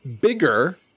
bigger